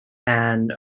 and